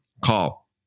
Call